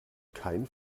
kein